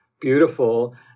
beautiful